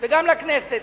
וגם לכנסת.